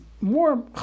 more